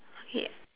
K